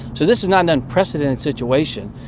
so this is not an unprecedented situation.